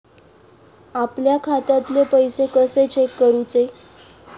आपल्या खात्यातले पैसे कशे चेक करुचे?